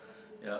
yup